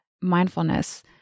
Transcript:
mindfulness